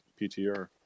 PTR